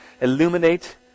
illuminate